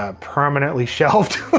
ah permanently shelved.